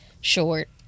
Short